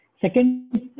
Second